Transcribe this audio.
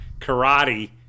karate